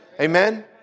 Amen